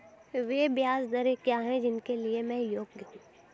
वे ब्याज दरें क्या हैं जिनके लिए मैं योग्य हूँ?